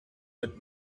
mit